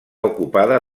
ocupada